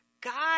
God